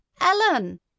Ellen